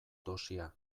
dosia